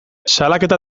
salaketa